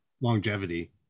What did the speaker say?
longevity